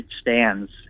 stands